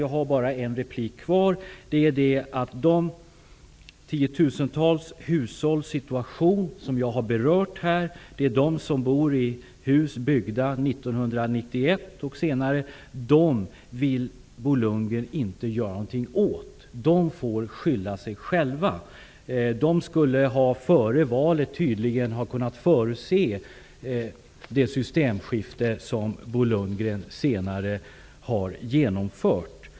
Jag kan nu konstatera att situationen för de tiotusentals hushåll som jag har berört här -- dvs. de som bor i hus byggda 1991 och senare -- vill Bo Lundgren inte göra något åt. De får skylla sig själva. De skulle tydligen ha förutsett före valet det systemskifte som Bo Lundgren senare har genomfört.